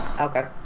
Okay